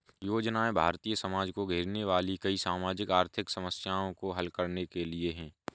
योजनाएं भारतीय समाज को घेरने वाली कई सामाजिक आर्थिक समस्याओं को हल करने के लिए है